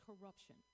corruption